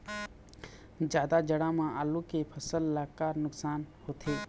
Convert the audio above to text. जादा जाड़ा म आलू के फसल ला का नुकसान होथे?